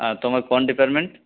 হ্যাঁ তোমার কোন ডিপার্টমেন্ট